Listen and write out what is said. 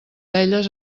elles